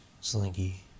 Slinky